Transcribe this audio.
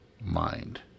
mind